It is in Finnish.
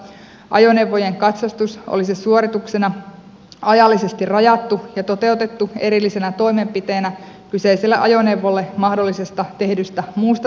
ajoneuvojen katsastus olisi suorituksena ajallisesti rajattu ja toteutettu erillisenä toimenpiteenä kyseiselle ajoneuvolle mahdollisesta tehdystä muusta toimenpiteestä